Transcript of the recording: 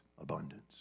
abundance